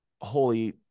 holy